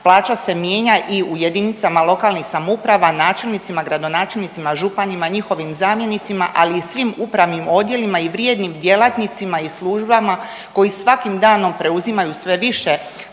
plaća se mijenja i u jedinicama lokalnih samouprava načelnicima, gradonačelnicima, županima, njihovim zamjenicima, ali i svim upravnim odjelima i vrijednim djelatnicama i službama koji svakim danom preuzimaju sve više